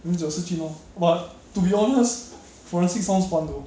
then 只有 shi jun lor but to be honest forensic sounds fun though